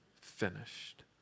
finished